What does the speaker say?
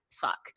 fuck